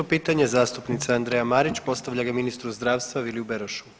24 pitanje zastupnica Andreja Marić postavlja ga ministru zdravstva Viliju Berošu.